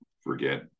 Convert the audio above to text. forget